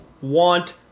want